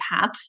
path